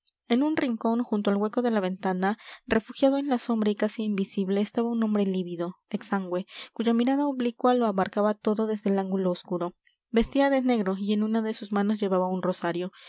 en un rincón junto al hueco de la ventana refugiado en la sombra y casi invisible estaba un hombre lívido exangüe cuya mirada oblicua lo abarcaba todo desde el ángulo oscuro vestía de negro y en una de sus manos llevaba un rosario